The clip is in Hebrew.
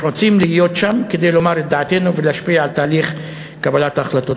אנחנו רוצים להיות שם כדי לומר את דעתנו ולהשפיע על תהליך קבלת ההחלטות.